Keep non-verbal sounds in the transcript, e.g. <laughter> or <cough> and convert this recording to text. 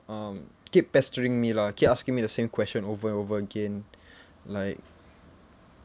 um keep pestering me lah keep asking me the same question over and over again <breath> like